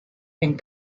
and